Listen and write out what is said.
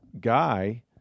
guy –